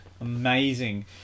Amazing